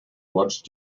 watched